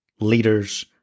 leaders